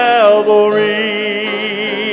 Calvary